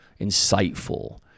insightful